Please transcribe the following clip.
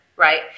Right